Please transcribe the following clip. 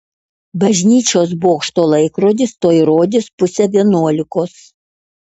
bažnyčios bokšto laikrodis tuoj rodys pusę vienuolikos